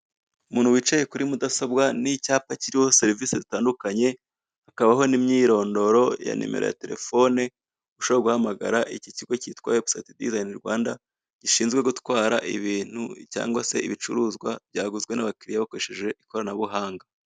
Umuntu wicaye kuri mudasobwa n'icyapa kiriho serivise zitandukanye, hakabaho n'imyirondoro ya nimero ya telefone ushobora guhamagara iki kigo kitwa webusayiti, disayini Rwanda gishinzwe gutwara ibintu cyangwa se ibicuruzwa byaguzwe n'abakiliya bakoresheje ikoranabuhanga.